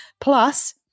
plus